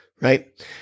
right